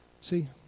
See